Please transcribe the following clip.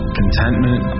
contentment